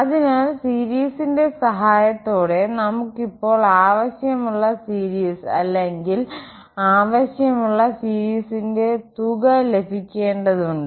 അതിനാൽ ഇതിന്റെ സഹായത്തോടെ നമുക്ക് ഇപ്പോൾ ആവശ്യമുള്ള സീരീസ് അല്ലെങ്കിൽ ആവശ്യമുള്ള സീരീസിന്റെ തുക ലഭിക്കേണ്ടതുണ്ട്